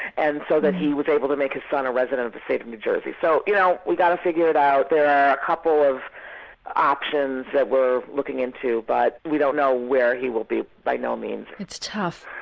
and so he was able to make his son a resident of the state of new jersey. so you know we've got to figure it out, there are a couple of options that we're looking into but we don't know where he will be by no means. it's tough.